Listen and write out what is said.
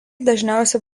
dažniausiai